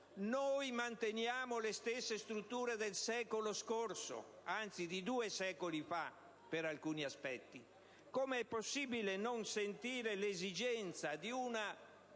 Noi manteniamo le stesse strutture del secolo scorso, anzi, di due secoli fa, per alcuni aspetti; com'è possibile non sentire l'esigenza di